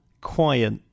quiet